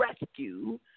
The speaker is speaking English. rescue